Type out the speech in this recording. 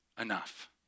enough